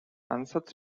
ansatz